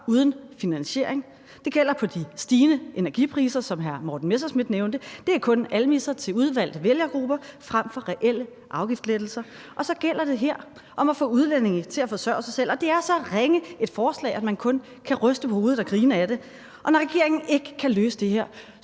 uden finansiering. Det gælder for de stigende energipriser, som hr. Morten Messerschmidt nævnte. Det er kun almisser til udvalgte vælgergrupper frem for reelle afgiftslettelser. Og så gælder det for det her om at få udlændinge til at forsørge sig selv, og det er så ringe et forslag, at man kun kan ryste på hovedet og grine ad det. Og når regeringen ikke kan løse det her,